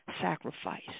sacrifice